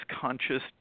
conscious